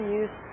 use